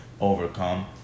overcome